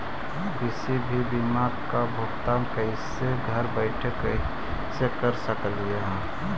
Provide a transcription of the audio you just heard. किसी भी बीमा का भुगतान कैसे घर बैठे कैसे कर स्कली ही?